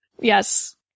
Yes